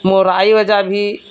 ମୋର୍ ଆଈ ଅଜା ଭି